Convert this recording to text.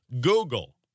google